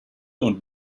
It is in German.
und